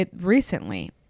Recently